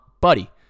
Buddy